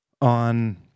on